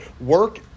work